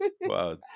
Wow